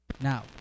now